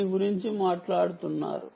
దేని గురించి మాట్లాడుతున్నారు